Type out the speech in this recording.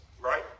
right